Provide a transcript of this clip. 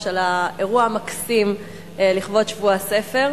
על האירוע המקסים לכבוד שבוע הספר.